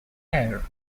air